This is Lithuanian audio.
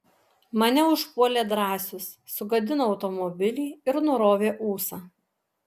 mane užpuolė drąsius sugadino automobilį ir nurovė ūsą